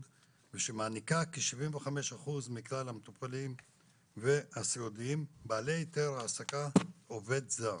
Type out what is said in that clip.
ושמעניקה לכ-75% מכלל המטופלים והסיעודיים בעלי היתר העסקה עובד זר,